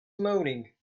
moaning